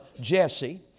Jesse